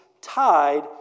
tied